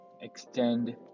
extend